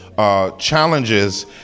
Challenges